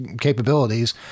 capabilities